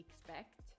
expect